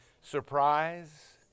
Surprise